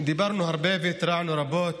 דיברנו הרבה והתרענו רבות